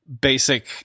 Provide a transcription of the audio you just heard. basic